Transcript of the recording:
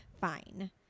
Fine